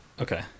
Okay